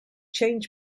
change